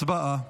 הצבעה.